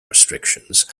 restrictions